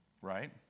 right